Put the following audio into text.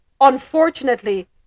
Unfortunately